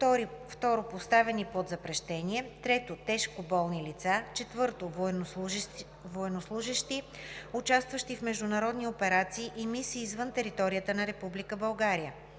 2. поставени под запрещение; 3. тежко болни лица; 4. военнослужещи, участващи в международни операции и мисии извън територията на Република